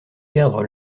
perdre